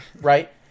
right